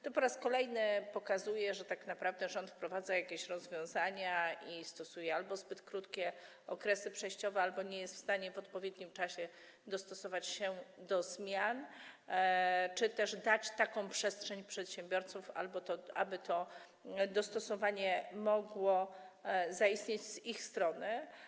To po raz kolejny pokazuje, że tak naprawdę rząd wprowadza jakieś rozwiązania i stosuje albo zbyt krótkie okresy przejściowe, albo nie jest w stanie w odpowiednim czasie dostosować się do zmian czy też zapewnić taką przestrzeń przedsiębiorcom, aby to dostosowanie mogło zaistnieć z ich strony.